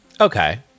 Okay